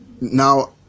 now